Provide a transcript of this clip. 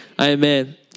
Amen